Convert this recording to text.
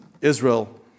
Israel